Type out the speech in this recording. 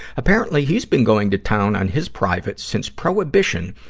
apparently, he's been going to town on his private since prohibition,